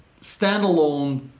standalone